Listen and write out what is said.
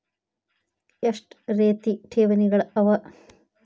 ಎಷ್ಟ ರೇತಿ ಠೇವಣಿಗಳ ಅವ?